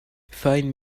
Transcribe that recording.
find